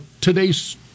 today's